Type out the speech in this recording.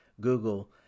Google